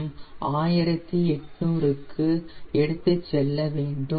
M 1800 க்கு எடுத்துச் செல்ல வேண்டும்